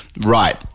Right